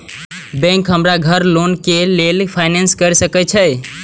Bank हमरा घर loan के लेल फाईनांस कर सके छे?